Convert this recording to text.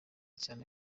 cyane